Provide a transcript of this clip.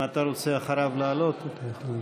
אם אתה רוצה לעלות אחריו אתה יכול.